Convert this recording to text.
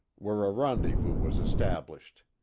where a rendezvous was established.